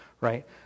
right